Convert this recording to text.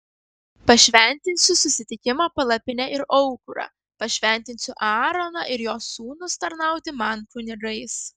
pašventinsiu susitikimo palapinę ir aukurą pašventinsiu aaroną ir jo sūnus tarnauti man kunigais